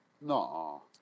No